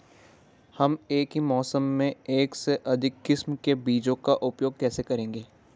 हम एक ही मौसम में एक से अधिक किस्म के बीजों का उपयोग कैसे करेंगे?